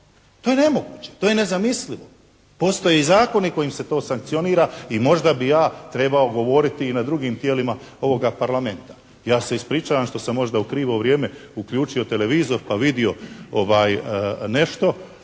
To je nemoguće. To je nezamislivo. Postoje zakoni kojim se to sankcionira i možda bi ja trebao govoriti i na drugim tijelima ovoga Parlamenta. Ja se ispričavam što sam možda u krivo vrijeme uključio televizor pa vidio nešto.